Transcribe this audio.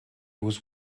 was